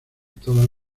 todas